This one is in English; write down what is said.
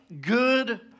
good